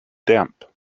damp